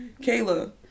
Kayla